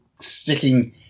sticking